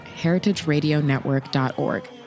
heritageradionetwork.org